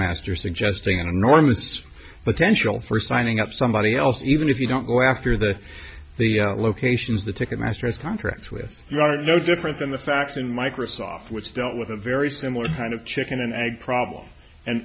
master suggesting an enormous potential for signing up somebody else even if you don't go after the the locations the ticket masters contracts with you are no different than the facts in microsoft which dealt with a very similar kind of chicken and egg problem